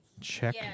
Check